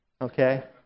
Okay